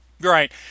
Right